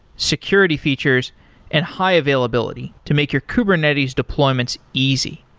security features and high availability to make your kubernetes deployments easy.